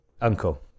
uncle